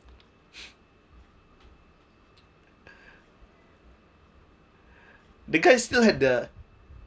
the guys still had the